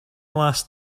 last